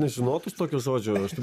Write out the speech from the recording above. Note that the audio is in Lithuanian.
nežinotų tokio žodžio aš tai